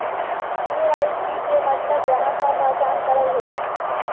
KYC के मतलब ग्राहक का पहचान करहई?